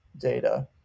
data